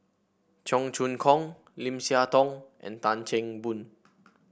Cheong Choong Kong Lim Siah Tong and Tan Chan Boon